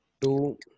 two